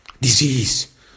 disease